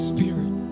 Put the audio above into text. Spirit